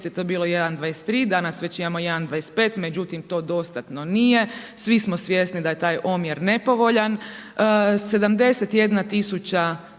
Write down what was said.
to bilo 1,23, danas već imamo 1,25 međutim, to dostatno nije, svi smo svjesni da je taj omjer nepovoljan. 71